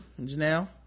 janelle